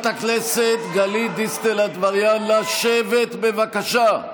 את הילדים שלהם לצבא אבל הילד שלכם חייב